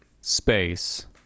space